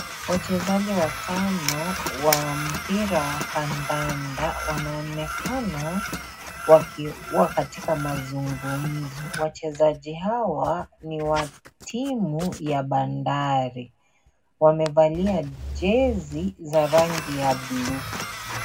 Wachezaji watano wa mpira wa kandanda wanaonekana wakiwa katika mazungumzo. Wachezaji hawa ni wa timu ya Bandari. Wamevalia jezi za rangi ya bluu.